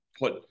put